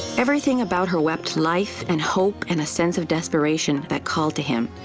everything about her wept life and hope and a sense of desperation that called to him.